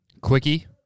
Quickie